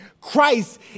Christ